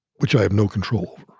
which i have no control